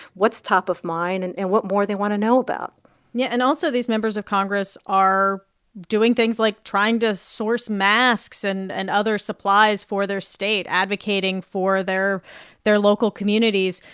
what's top of mind and and what more they want to know about yeah. and also, these members of congress are doing things like trying to source masks and and other supplies for their state, advocating for their their local communities.